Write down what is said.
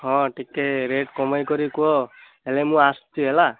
ହଁ ଟିକିଏ ରେଟ୍ କମେଇ କରି କୁହ ହେଲେ ମୁଁ ଆସୁଛି ହେଲା